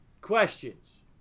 questions